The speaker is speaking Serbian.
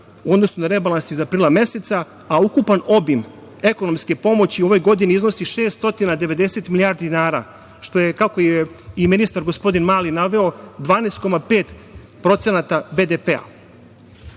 odnosno rebalans iz aprila meseca, a ukupan obim ekonomske pomoći u ovoj godini iznosi 690 milijardi dinara, što je, kako je i ministar gospodin Mali naveo, 12,5% BDP.Samo